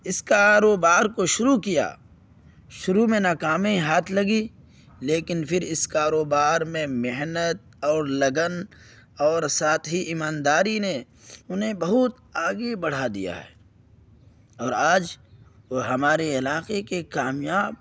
اس کاروبار کو شروع کیا شروع میں ناکامی ہاتھ لگی لیکن پھر اس کاروبار میں محنت اور لگن اور ساتھ ہی ایمانداری نے انہیں بہت آگے بڑھا دیا ہے اور آج وہ ہمارے علاقے کے کامیاب